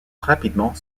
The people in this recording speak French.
rapidement